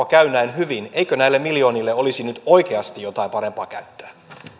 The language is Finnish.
käy näin hyvin eikö näille miljoonille olisi nyt oikeasti jotain parempaa käyttöä